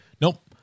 Nope